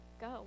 go